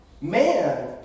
Man